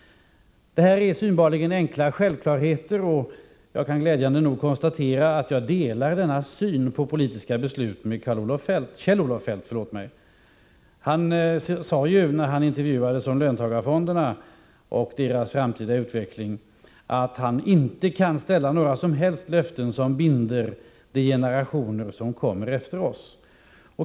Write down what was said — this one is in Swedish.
Det här är synbarligen enkla självklarheter, och jag kan glädjande nog konstatera att jag delar denna syn på politiska beslut med Kjell-Olof Feldt. Han sade ju då han intervjuades om löntagarfonderna och deras framtida utveckling, att han inte kan ställa några som helst löften som binder de generationer som kommer efter oss.